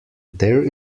there